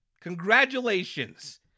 Congratulations